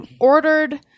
ordered